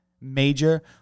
major